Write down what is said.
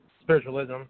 spiritualism